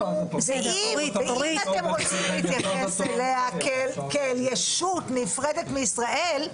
אם אתם רוצים להתייחס אליה כאל ישות נפרדת מישראל,